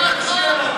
כחלק מתוכנית,